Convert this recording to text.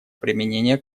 применения